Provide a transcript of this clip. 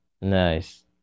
Nice